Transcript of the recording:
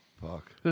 Fuck